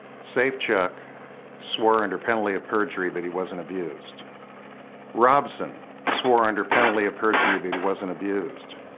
safe chuck swore under penalty of perjury that he wasn't abused robson swore under penalty of perjury that he wasn't abused